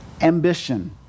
Ambition